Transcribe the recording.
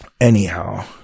Anyhow